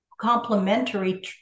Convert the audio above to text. complementary